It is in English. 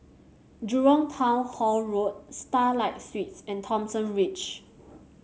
Jurong Town Hall Road Starlight Suites and Thomson Ridge